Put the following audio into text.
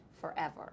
forever